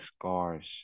scars